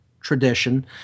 tradition